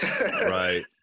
Right